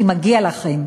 כי מגיע לכם.